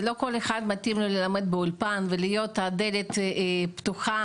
לא כל אחד מתאים ללמד באולפן ולהוות דלת פתוחה